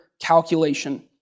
calculation